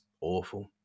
awful